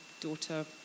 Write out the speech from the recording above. daughter